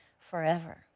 forever